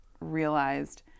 realized